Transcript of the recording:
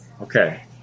Okay